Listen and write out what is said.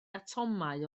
atomau